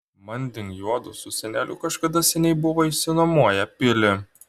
manding juodu su seneliu kažkada seniai buvo išsinuomoję pilį